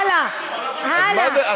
הלאה, הלאה, את הדבר הבא.